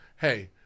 Hey